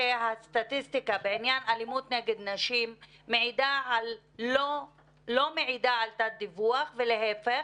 הסטטיסטיקה בעניין אלימות נגד נשים לא מעידה על תת-דיווח ולהפך,